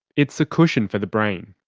it's a cushion for the brain.